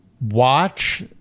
watch